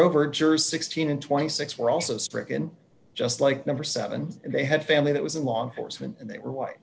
over jurors sixteen and twenty six were also stricken just like number seven they had family that was in law enforcement and they were white